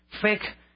fake